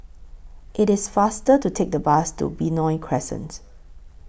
IT IS faster to Take The Bus to Benoi Crescent